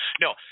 no